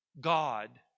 God